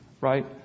Right